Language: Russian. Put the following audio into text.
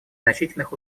значительных